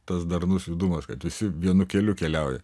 toks darnus judumas kad visi vienu keliu keliauja